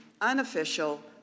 unofficial